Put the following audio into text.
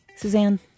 Suzanne